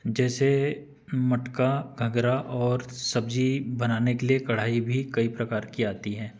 जैसे मटका अगरा और सब्ज़ी बनाने के लिए कड़ाही भी कई प्रकार की आती हैं